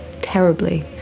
terribly